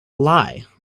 lie